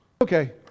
Okay